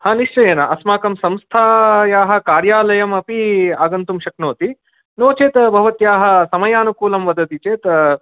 हां निश्चयेन अस्माकं संस्थायाः कार्यालयम् अपि आगन्तुं शक्नोति नो चेत् भवत्याः समयानुकूलं वदति चेत्